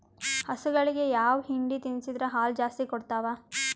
ಹಸುಗಳಿಗೆ ಯಾವ ಹಿಂಡಿ ತಿನ್ಸಿದರ ಹಾಲು ಜಾಸ್ತಿ ಕೊಡತಾವಾ?